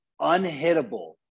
unhittable